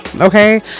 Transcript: Okay